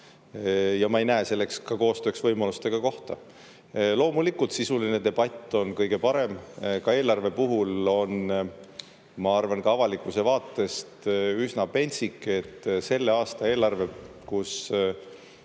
Ja ma ei näe selleks ka koostööks võimalust ega kohta. Loomulikult, sisuline debatt on kõige parem. Ka eelarve puhul on, ma arvan, ka avalikkuse vaatest üsna pentsik, et selle aasta eelarvel, kus